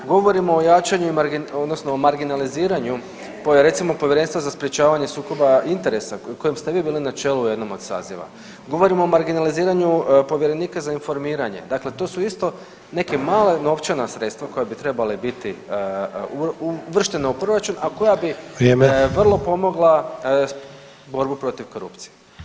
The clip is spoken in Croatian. Govorimo o jačanjima odnosno o marginaliziranju recimo Povjerenstva za sprječavanja sukoba interesa kojem ste vi bili na čelu jednom od saziva, govorimo o marginaliziranju povjerenika za informiranje, dakle to su isto neka mala novčana sredstva koja bi trebala biti uvrštena u proračun, a koja bi [[Upadica: Vrijeme]] vrlo pomogla borbu protiv korupcije.